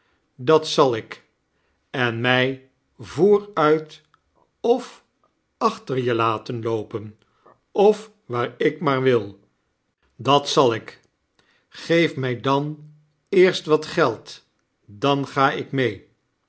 dat zal ik i ein mij vooruit of achter je laten loopen of waar ik maar wil dat zal ik g-eef mij dan eerst wat geld dan ga ik mee